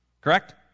Correct